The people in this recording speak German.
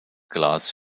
glas